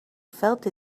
felt